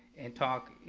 and talk,